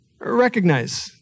recognize